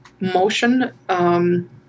motion